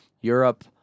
europe